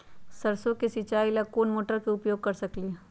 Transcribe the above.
सरसों के सिचाई ला कोंन मोटर के उपयोग कर सकली ह?